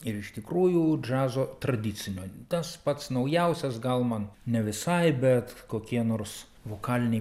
ir iš tikrųjų džiazo tradicinio tas pats naujausias gal man ne visai bet kokie nors vokaliniai